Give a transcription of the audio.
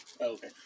Okay